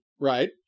right